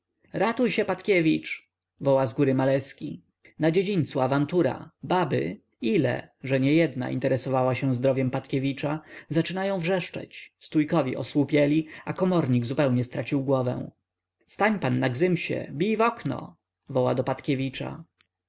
ratuj się patkiewicz woła z góry maleski na dziedzińcu awantura baby ile że niejedna mocno interesowała się zdrowiem patkiewicza zaczynają wrzeszczeć stójkowi osłupieli a komornik zupełnie stracił głowę stań pan na gzymsie bij w okno woła do